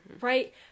right